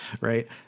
Right